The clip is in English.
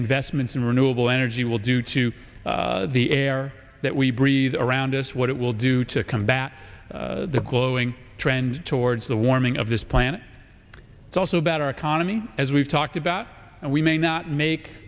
investments in renewable energy will do to the air that we breathe around us what it will do to combat the glowing trend towards the warming of this planet it's also about our economy as we've talked about and we may not make